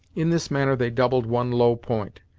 in this manner they doubled one low point,